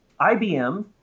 ibm